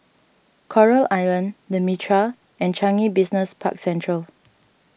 Coral Island the Mitraa and Changi Business Park Central